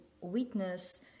witness